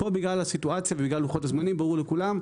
פה בגלל הסיטואציה ובגלל לוחות הזמנים ברור לכולם,